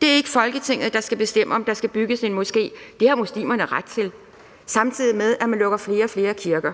Det er ikke Folketinget, der skal bestemme, om der skal bygges en moské – det har muslimerne ret til. Og det er, samtidig med at man lukker flere og flere kirker.